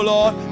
Lord